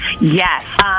Yes